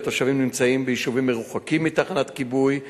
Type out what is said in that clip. בתושבים שנמצאים ביישובים המרוחקים מתחנת כיבוי,